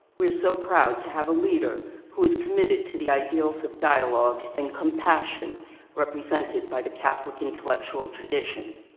we're so proud to have a leader who's committed to the ideals of dialogue and compassion represented by the catholic intellectual tradition.